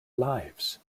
lives